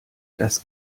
das